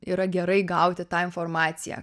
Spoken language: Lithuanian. yra gerai gauti tą informaciją